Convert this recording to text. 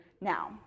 now